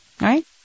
Right